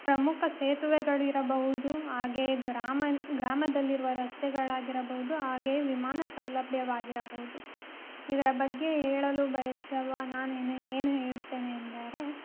ಪ್ರಮುಖ ಸೇತುವೆಗಳಿರಬಹುದು ಹಾಗೇ ಗ್ರಾಮನ ಗ್ರಾಮದಲ್ಲಿರುವ ರಸ್ತೆಗಳಾಗಿರಬಹುದು ಹಾಗೇ ವಿಮಾನ ಸೌಲಭ್ಯವಾಗಿರಬಹುದು ಇದರ ಬಗ್ಗೆ ಹೇಳಲು ಬಯಸರುವ ನಾನೇನು ಏನು ಹೇಳುತ್ತೇನೆ ಎಂದರೆ